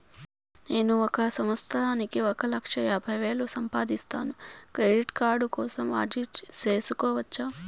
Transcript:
నేను ఒక సంవత్సరానికి ఒక లక్ష యాభై వేలు సంపాదిస్తాను, క్రెడిట్ కార్డు కోసం అర్జీ సేసుకోవచ్చా?